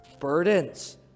burdens